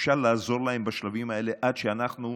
אפשר לעזור להם בשלבים האלה עד שאנחנו,